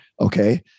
okay